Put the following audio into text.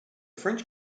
french